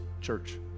church